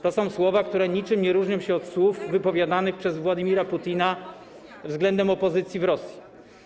To są słowa, które niczym nie różnią się od słów wypowiadanych przez Władimira Putina względem opozycji w Rosji.